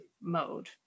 mode